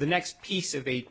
the next piece of